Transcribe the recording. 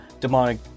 demonic